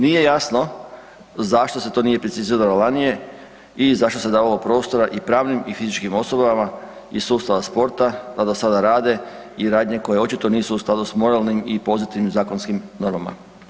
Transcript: Nije jasno zašto se to nije preciziralo ranije i zašto se davalo prostora i pravnim i fizičkim osobama iz sustava sporta da do sada rade i radnje koje očito nisu u skladu s moralnim i pozitivnim zakonskim normama.